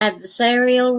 adversarial